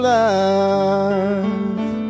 life